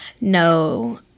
No